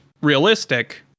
realistic